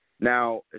Now